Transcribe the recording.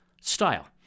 style